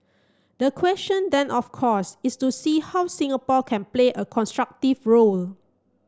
the question then of course is to see how Singapore can play a constructive role